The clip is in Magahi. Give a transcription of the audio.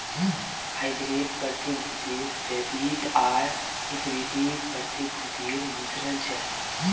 हाइब्रिड प्रतिभूति डेबिट आर इक्विटी प्रतिभूतिर मिश्रण छ